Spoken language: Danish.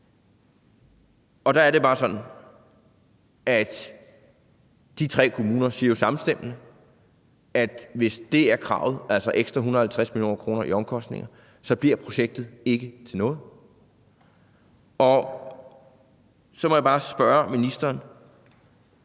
Og der er det bare sådan, at de tre kommuner jo samstemmende siger, at hvis det er kravet – altså ekstra 150 mio. kr. i omkostninger – bliver projektet ikke til noget. Så må jeg bare spørge ministeren: